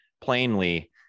plainly